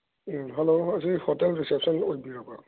ꯎꯝ hello ꯑꯁꯤ hotel reception ꯑꯣꯏꯕꯤꯔꯕ꯭ꯔꯣ